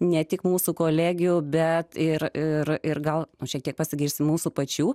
ne tik mūsų kolegių bet ir ir gal šiek tiek pasigirsime mūsų pačių